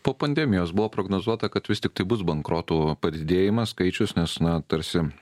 po pandemijos buvo prognozuota kad vis tiktai bus bankrotų padidėjimas skaičius nes na tarsi